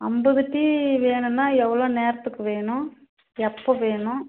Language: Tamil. ஐம்பது டீ வேணுன்னால் எவ்வளோ நேரத்துக்கு வேணும் எப்போ வேணும்